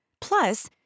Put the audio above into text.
Plus